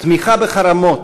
תמיכה בחרמות,